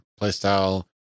playstyle